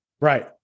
right